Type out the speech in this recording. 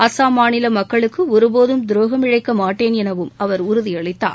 அஸ்ஸாம் மாநில மக்களுக்கு ஒருபோதும் தரோகம் இழைக்க மாட்டேன் என அவர் உறுதியளித்தார்